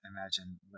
imagine